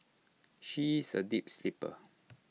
she is A deep sleeper